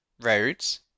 roads